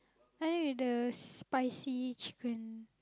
I like the spicy chicken